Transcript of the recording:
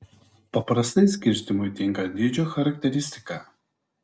paprastai skirstymui tinka dydžio charakteristika